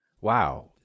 Wow